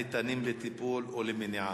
למשל,